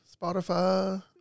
Spotify